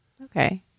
Okay